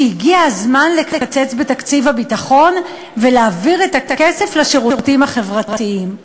"שהגיע הזמן לקצץ בתקציב הביטחון ולהעביר את הכסף לשירותים החברתיים".